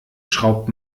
schraubt